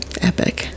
Epic